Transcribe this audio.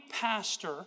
pastor